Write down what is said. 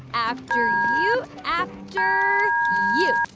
after you, after you.